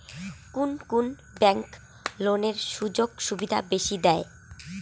কুন কুন ব্যাংক লোনের সুযোগ সুবিধা বেশি দেয়?